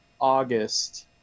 August